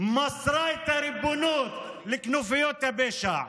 מסרה את הריבונות לכנופיות הפשע.